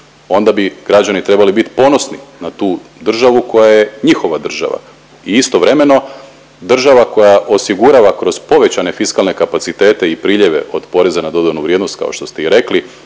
onda bi građani trebali biti ponosni na tu državu koja je njihova država. I istovremeno država koja osigurava kroz povećane fiskalne kapacitete i priljeve od poreza na dodanu vrijednost kao što ste i rekli,